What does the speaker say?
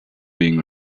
being